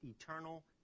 eternal